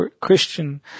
Christian